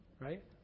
right